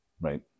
Right